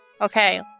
Okay